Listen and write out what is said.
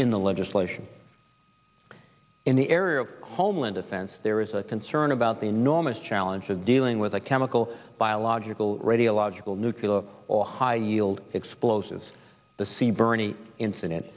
in the legislation in the area of homeland defense there is a concern about the enormous challenge of dealing with a chemical biological radiological nuclear or high yield explosives the sea bernie incident